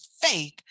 faith